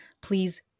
Please